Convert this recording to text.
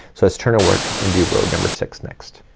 so let's turn our work, and do row number six next.